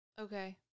Okay